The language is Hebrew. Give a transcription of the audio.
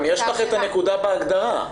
גם יש לך את הנקודה בהגדרה.